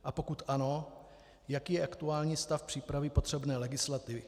A pokud ano, jaký je aktuální stav přípravy potřebné legislativy.